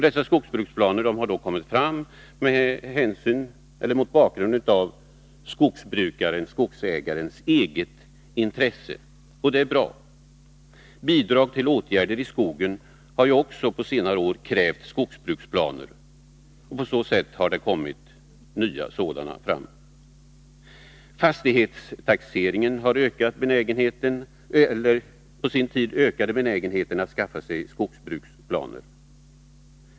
Dessa planer har tagits fram mot bakgrund av skogsägarens eget intresse, och det är bra. Bidrag till åtgärder i skogen har också på senare år krävt skogsbruksplaner. På så sätt har nya sådana kommit fram. Fastighetstaxeringen på sin tid ökade också benägenheten att skaffa sig skogsbruksplaner.